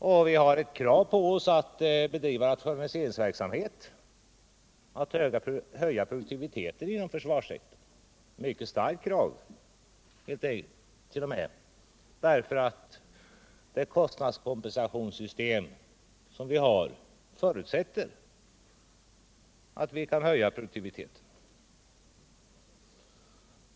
Dessutom har vi kravet på oss att bedriva rationaliseringsverksamhet och att höja produktionen inom försvarssektorn. Detta är t.o.m. ett mycket starkt krav, eftersom vårt prisregleringssystem' förutsätter att vi kan höja produktiviteten.